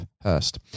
Hurst